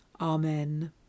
Amen